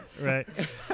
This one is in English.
Right